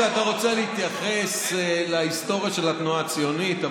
חשבתי שאתה רוצה להתייחס להיסטוריה של התנועה הציונית,